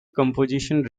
composition